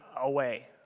away